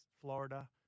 Florida